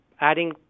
adding